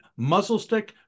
muzzlestick